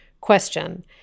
question